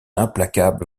implacable